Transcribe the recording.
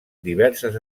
diverses